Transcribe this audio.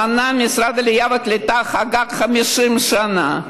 השנה משרד העלייה והקליטה חגג 50 שנה,